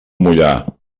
moià